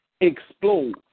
explode